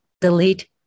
delete